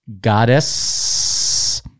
Goddess